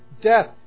death